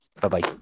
Bye-bye